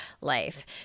life